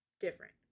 different